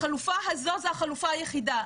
החלופה הזו זו החלופה היחידה.